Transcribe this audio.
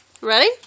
Ready